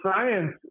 science